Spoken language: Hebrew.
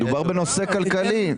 מדובר בנושא כלכלי.